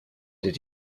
did